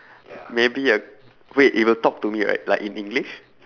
maybe I wait it will talk to me right like in english